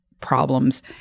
problems –